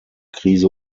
krise